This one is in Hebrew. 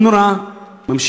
אונר"א,